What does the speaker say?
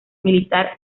militar